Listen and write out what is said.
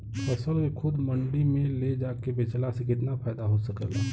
फसल के खुद मंडी में ले जाके बेचला से कितना फायदा हो सकेला?